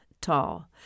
tall